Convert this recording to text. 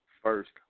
First